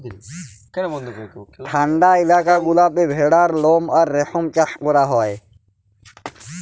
ঠাল্ডা ইলাকা গুলাতে ভেড়ার লম আর রেশম চাষ ক্যরা হ্যয়